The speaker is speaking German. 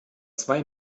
zwei